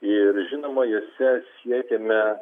ir žinoma jose siekiame